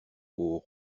aux